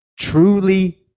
Truly